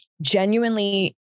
genuinely